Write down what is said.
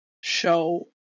show